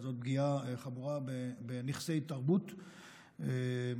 אבל זאת פגיעה חמורה בנכסי תרבות עולמיים,